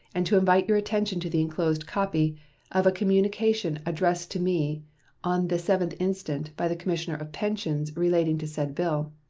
and to invite your attention to the inclosed copy of a communication addressed to me on the seventh instant by the commissioner of pensions, relating to said bill.